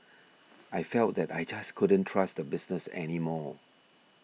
I felt that I just couldn't trust the business any more